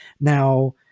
Now